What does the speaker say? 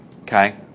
okay